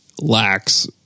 lacks